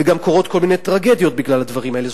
וגם קורות כל מיני טרגדיות בגלל הדברים האלה.